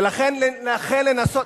ולכן לנסות,